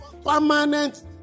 permanent